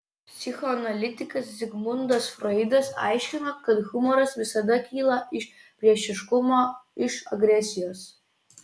psichoanalitikas zigmundas froidas aiškino kad humoras visada kyla iš priešiškumo iš agresijos